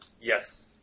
Yes